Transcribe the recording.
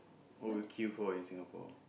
what would you queue for in Singapore